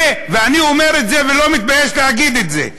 ואני אומר את זה ולא מתבייש להגיד את זה.